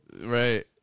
right